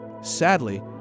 Sadly